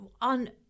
On